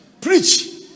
Preach